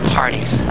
parties